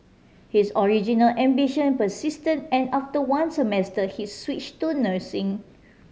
his original ambition persisted and after one semester he switch to nursing